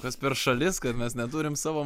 kas per šalis kad mes neturim savo